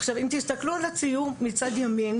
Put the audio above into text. עכשיו אם תסתכלו על הציור מצד ימים,